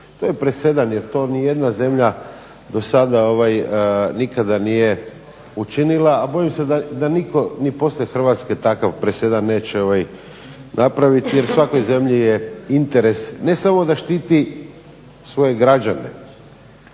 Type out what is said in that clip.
To je presedan, jer to ni jedna zemlja do sada nikada nije učinila, a bojim se da nitko ni poslije Hrvatske takav presedan neće napraviti jer svakoj zemlji je interes ne samo da štiti svoje građane